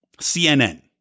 CNN